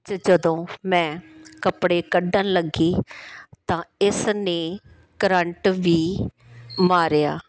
'ਚ ਜਦੋਂ ਮੈਂ ਕੱਪੜੇ ਕੱਢਣ ਲੱਗੀ ਤਾਂ ਇਸ ਨੇ ਕਰੰਟ ਵੀ ਮਾਰਿਆ